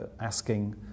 asking